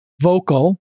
vocal